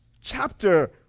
chapter